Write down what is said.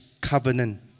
covenant